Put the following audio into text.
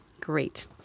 Great